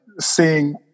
seeing